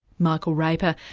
michael raper,